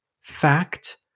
Fact